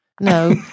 No